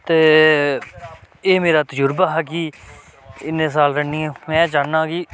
ते एह् मेरा तजुर्बा हा कि इन्ने साल रनिंग में चाह्न्नां कि